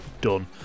done